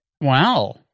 Wow